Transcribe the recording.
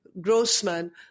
Grossman